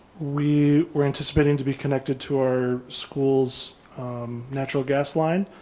we were anticipating to be connected to our school's natural gas line,